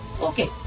Okay